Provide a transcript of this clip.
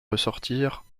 ressortir